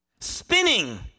spinning